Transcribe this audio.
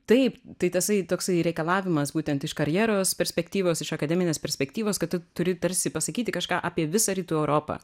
taip tai tasai toksai reikalavimas būtent iš karjeros perspektyvos iš akademinės perspektyvos kad tu turi tarsi pasakyti kažką apie visą rytų europą